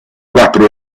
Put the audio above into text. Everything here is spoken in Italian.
quattro